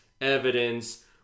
evidence